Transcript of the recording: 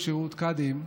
כשירות קאדים),